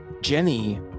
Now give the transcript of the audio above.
Jenny